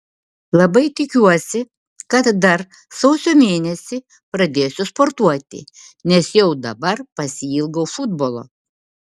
labai tikiuosi kad dar sausio mėnesį pradėsiu sportuoti nes jau dabar pasiilgau futbolo